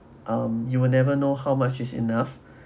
um you will never know how much is enough